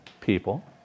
people